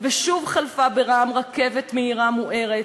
ושוב חלפה ברעם רכבת מהירה מוארת,